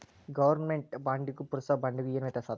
government ಬಾಂಡಿಗೂ ಪುರ್ಸಭಾ ಬಾಂಡಿಗು ಏನ್ ವ್ಯತ್ಯಾಸದ